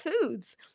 foods